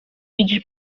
widzi